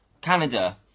Canada